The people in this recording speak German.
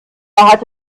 hat